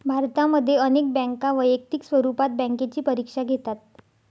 भारतामध्ये अनेक बँका वैयक्तिक स्वरूपात बँकेची परीक्षा घेतात